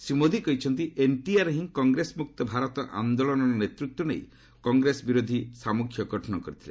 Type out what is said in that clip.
ଶ୍ରୀ ମୋଦି କହିଛନ୍ତି ଏନଟିଆର ହିଁ କଂଗ୍ରେସ ମୁକ୍ତ ଭାରତ ଆନ୍ଦୋଳନର ନେତୃତ୍ୱ ନେଇ କଂଗ୍ରେସ ବିରୋଧୀ ସାମ୍ମୁଖ୍ୟ ଗଠନ କରିଥିଲେ